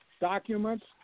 Documents